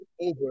over